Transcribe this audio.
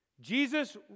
Jesus